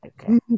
Okay